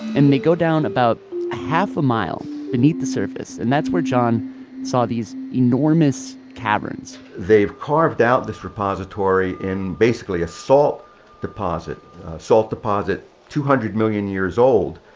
and they go down about a half a mile beneath the surface. and that's where jon saw these enormous caverns they've carved out this repository in basically a salt deposit salt deposit two hundred million years old.